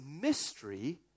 mystery